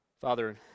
Father